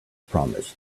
promised